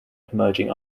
emerging